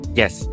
yes